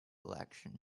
election